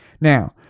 now